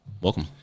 Welcome